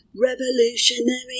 revolutionary